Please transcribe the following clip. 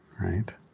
right